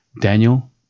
Daniel